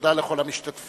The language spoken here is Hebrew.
תודה לכל המשתתפים.